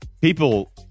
People